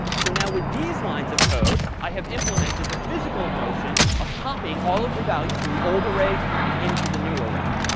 so now with these lines of code, i have implemented the physical notion of copying all of the values from the old array into the new array.